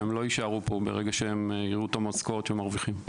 והם לא יישארו פה ברגע שהם יראו את המשכורת שמרוויחים.